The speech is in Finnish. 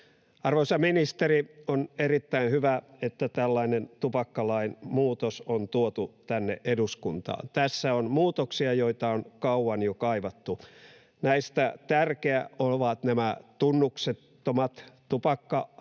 Arvoisa ministeri, on erittäin hyvä, että tällainen tupakkalain muutos on tuotu tänne eduskuntaan. Tässä on muutoksia, joita on kauan jo kaivattu. Näistä tärkeimpiä ovat nämä tunnuksettomat tupakkarasiat,